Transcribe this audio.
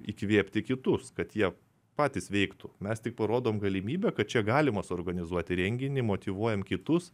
įkvėpti kitus kad jie patys veiktų mes tik parodom galimybę kad čia galima suorganizuoti renginį motyvuojam kitus